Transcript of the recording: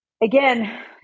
again